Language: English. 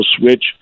switch